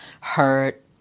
hurt